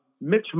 Mitch